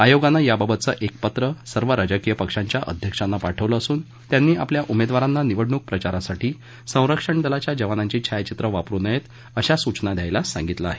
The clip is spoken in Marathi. आयोगानं याबाबतचं एक पत्र सर्व राजकीय पक्षांच्या अध्यक्षांना पाठवलं असून त्यांनी आपल्या उमेदवारांना निवडणूक प्रचारासाठी संरक्षण दलाच्या जवानांची छायाचित्रं वापरू नयेत अशा सूचना द्यायला सांगितलं आहे